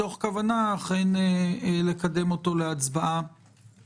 מתוך כוונה אכן לקדם אותה להצבעה